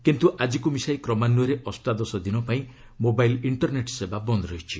କିନ୍ତୁ ଆଜିକୁ ମିଶାଇ କ୍ରମାନ୍ୟରେ ଅଷ୍ଟାଦଶ ଦିନ ପାଇଁ ମୋବାଇଲ୍ ଇଷ୍ଟରନେଟ୍ ସେବା ବନ୍ଦ ରହିଛି